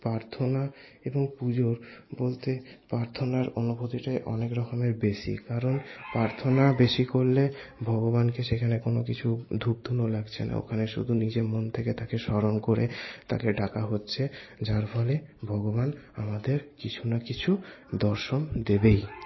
প্রার্থনা এবং পুজো বলতে প্রার্থনার অনুভূতিটাই অনেক রকমের বেশী কারণ প্রার্থনা বেশী করলে ভগবানকে সেখানে কোনো কিছু ধূপ ধুনো লাগছে না ওখানে শুধু নিজের মন থেকে তাকে স্মরণ করে তাকে ডাকা হচ্ছে যার ফলে ভগবান আমাদের কিছু না কিছু দর্শন দেবেই